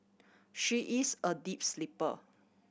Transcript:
she is a deep sleeper